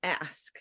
ask